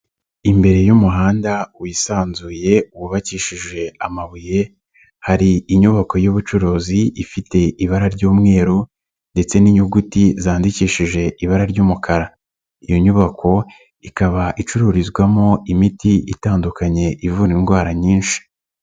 Imbere y'umuhanda wisanzuye wubakishije amabuye, hari inyubako y'ubucuruzi ifite ibara ry'umweru ndetse n'inyuguti zandikishije ibara ry'umukara. Iyo nyubako ikaba icururizwamo imiti itandukanye ivura indwara nyinshi.